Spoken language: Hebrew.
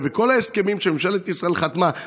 ובכל ההסכמים שממשלת ישראל חתמה,